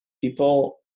People